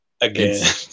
again